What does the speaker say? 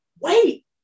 wait